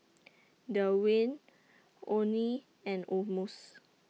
Dewayne Oney and Amos